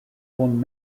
won